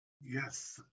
Yes